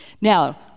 Now